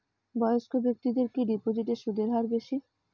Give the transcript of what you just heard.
বয়স্ক ব্যেক্তিদের কি ডিপোজিটে সুদের হার বেশি?